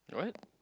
what